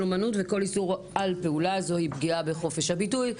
אומנות וכל איסור על פעולה זו היא פגיעה בחופש הביטוי.